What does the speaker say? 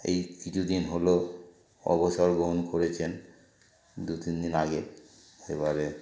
এই কিছু দিন হলো অবসর গ্রহণ করেছেন দু তিন দিন আগে এবারে